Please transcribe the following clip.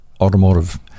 automotive